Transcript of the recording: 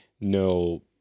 no